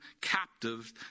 captive